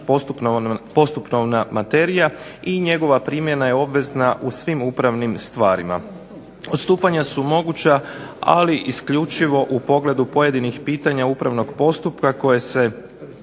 postupovna materija i njegova primjena je obvezna u svim upravnim stvarima. Odstupanja su moguća, ali isključivo u pogledu pojedinih pitanja upravnog postupka koje se